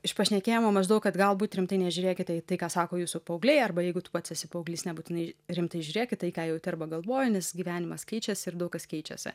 iš pašnekėjimo maždaug kad galbūt rimtai nežiūrėkite į tai ką sako jūsų paaugliai arba jeigu tu pats esi paauglys nebūtinai rimtai žiūrėk į tai ką jauti arba galvoji nes gyvenimas keičiasi ir daug kas keičiasi